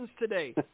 today